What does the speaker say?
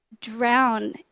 drown